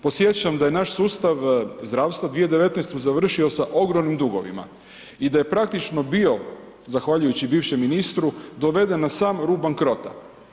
Podsjećam da je naš sustav zdravstva 2019. završio sa ogromnim dugovima i da je praktično bio, zahvaljujući bivšem ministru, doveden na sam rub bankrota.